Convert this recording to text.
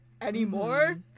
Anymore